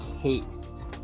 case